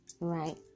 right